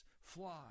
fly